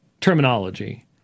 terminology